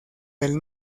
del